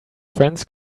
friends